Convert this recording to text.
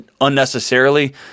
unnecessarily